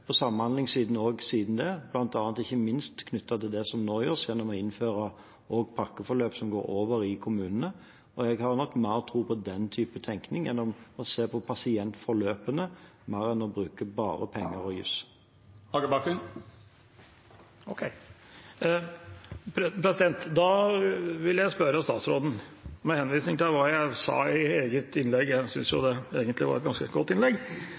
som nå gjøres gjennom å innføre pakkeforløp som går over i kommunene. Jeg har nok mer tro på den type tenkning: å se på pasientforløpene mer enn å bruke bare penger og jus. Da vil jeg spørre statsråden med henvisning til hva jeg sa i eget innlegg – jeg syns egentlig det var et ganske godt innlegg: